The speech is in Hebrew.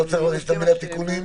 לא צריך להכניס את המילה "תיקונים"?